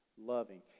loving